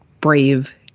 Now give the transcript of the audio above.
brave